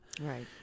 Right